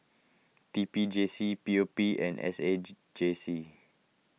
T P J C P O P and S age J C